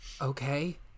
Okay